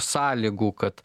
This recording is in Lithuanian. sąlygų kad